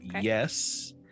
Yes